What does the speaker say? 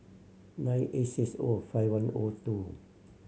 nine eight six O five one O two